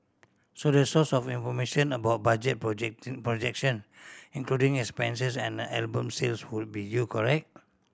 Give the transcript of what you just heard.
so the source of information about budget project projection including expenses and album sales would be you correct